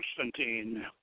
Constantine